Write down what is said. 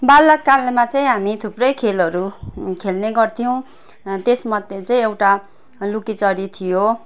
बालककालमा चाहिँ हामी थुप्रै खेलहरू खेल्ने गर्थ्यौँ त्यसमध्ये चाहिँ एउटा लुकिचोरी थियो